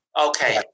Okay